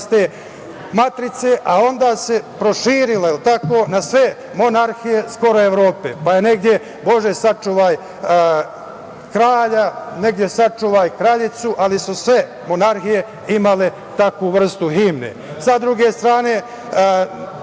te matrice, a onda se proširila na skoro sve monarhije Evrope, pa je negde "Bože sačuvaj kralja", negde "sačuvaj kraljicu", ali su sve monarhije imale takvu vrstu himne. Tu je imalo